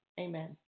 Amen